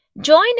join